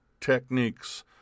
techniques